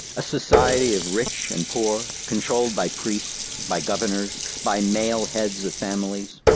a society of rich and poor, controlled by priests, by governors, by male heads of families.